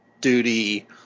duty